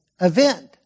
event